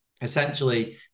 essentially